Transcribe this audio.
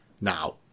now